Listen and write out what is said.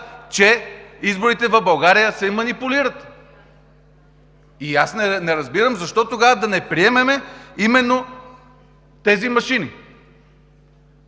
че изборите в България се манипулират. И аз не разбирам защо тогава да не приемем тези машини.